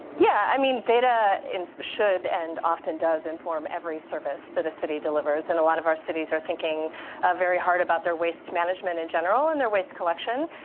yeah. i mean, data should and often does inform every service that a city delivers. and a lot of our cities are thinking ah very hard about their waste management in general. and their waste collection.